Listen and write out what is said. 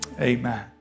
Amen